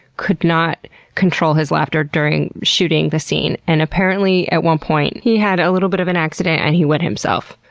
could not control his laughter during shooting the scene. and apparently at one point he had a little bit of an accident and he wet himself.